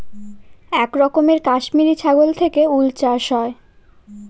এক রকমের কাশ্মিরী ছাগল থেকে উল চাষ হয়